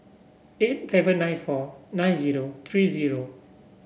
eight seven nine four nine zero three zero